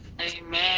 Amen